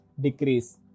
decrease